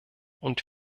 und